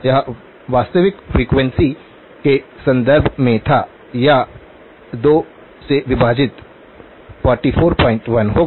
यह वास्तविक फ्रीक्वेंसी के संदर्भ में था यह 2 से विभाजित 441 होगा